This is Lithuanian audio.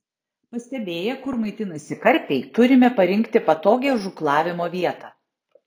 pastebėję kur maitinasi karpiai turime parinkti patogią žūklavimo vietą